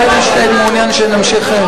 השר אדלשטיין מעוניין שנמשיך.